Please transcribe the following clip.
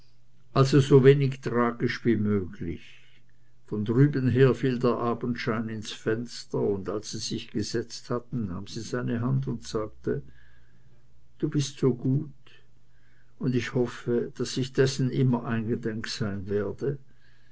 also sowenig tragisch wie möglich von drüben her fiel der abendschein ins fenster und als sie sich gesetzt hatten nahm sie seine hand und sagte du bist so gut und ich hoffe daß ich dessen immer eingedenk sein werde